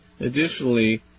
Additionally